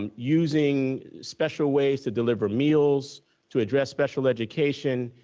and using special ways to deliver meals to address special education.